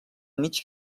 mig